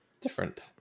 Different